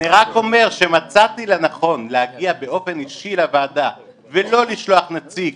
אני רק אומר שמצאתי לנכון להגיע באופן אישי לוועדה ולא לשלוח נציג,